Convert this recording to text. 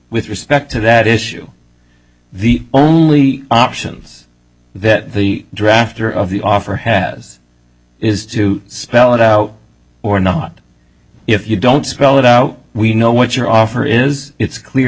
with respect to that issue the only options that the drafter of the offer has is to spell it out or not if you don't spell it out we know what your offer is it's clear